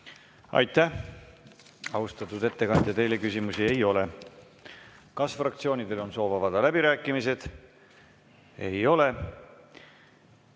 Aitäh, austatud ettekandja! Teile küsimusi ei ole. Kas fraktsioonidel on soov avada läbirääkimised? Ei ole.